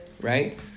Right